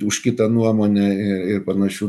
už kitą nuomonę ir panašių